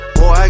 Boy